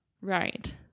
Right